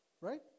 Right